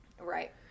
Right